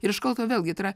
ir iškalto vėlgi tai yra